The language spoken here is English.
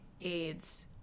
AIDS